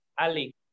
Ali